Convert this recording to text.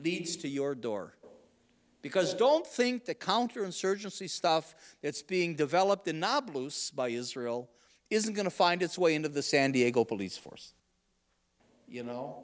leads to your door because i don't think the counterinsurgency stuff it's being developed a knob by israel isn't going to find its way into the san diego police force you know